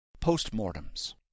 Postmortems